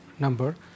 number